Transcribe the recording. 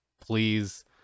please